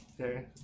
Okay